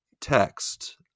text